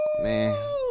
man